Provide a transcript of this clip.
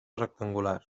rectangular